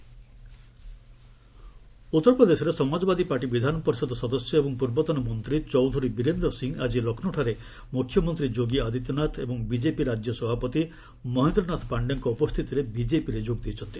SP BJP ଉତ୍ତରପ୍ରଦେଶରେ Samajwadi party ବିଧାନ ପରିଷଦ ସଦସ୍ୟ ଏବଂ ପୂର୍ବତନ ମନ୍ତ୍ରୀ ଚୌଧୁରୀ ବୀରେନ୍ଦ୍ର ସିଂହ ଆଜି ଲକ୍ଷ୍ମୌଠାରେ ମୁଖ୍ୟମନ୍ତ୍ରୀ ଯୋଗୀ ଆଦିତ୍ୟନାଥ ଏବଂ ବିଜେପି ରାଜ୍ୟ ସଭାପତି ମହେନ୍ଦ୍ର ନାଥ ପାଣ୍ଡେଙ୍କ ଉପସ୍ଥିତିରେ ବିଜେପିରେ ଯୋଗ ଦେଇଛନ୍ତି